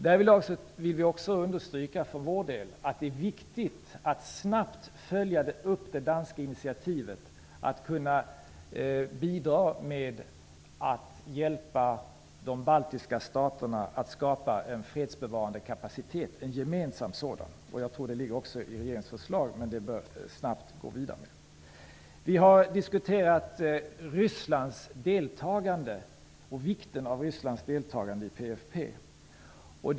Därvidlag vill vi också understryka att det är viktigt att snabbt följa upp det danska initiativet att bidra med att hjälpa de baltiska staterna att skapa en gemensam fredsbevarande kapacitet. Jag tror att det finns med i regeringens förslag, och man bör snabbt gå vidare med det. Vi har diskuterat vikten av Rysslands deltagande i PFF.